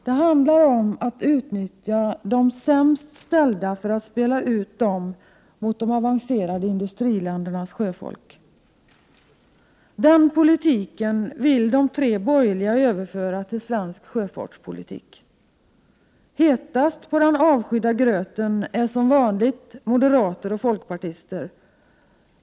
Det handlar om att utnyttja de sämst ställda för att spela ut dem mot de avancerade industriländernas sjöfolk. Den politiken vill de tre borgerliga överföra till svensk sjöfartspolitik. Hetast på den avskydda gröten är som vanligt moderater och folkpartister.